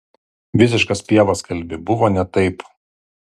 visiškas pievas kalbi buvo ne taip